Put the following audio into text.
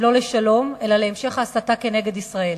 לא לשלום אלא להמשך ההסתה כנגד ישראל.